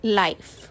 life